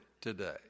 today